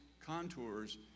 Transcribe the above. contours